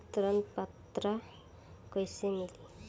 ऋण पात्रता कइसे मिली?